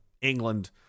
England